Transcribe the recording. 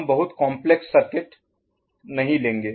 हम बहुत complex Complex जटिल सर्किट नहीं लेंगे